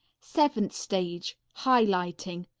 seventh stage. high lighting.